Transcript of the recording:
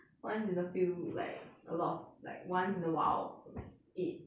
once in a few like about like once in a while eat